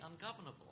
ungovernable